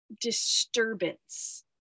disturbance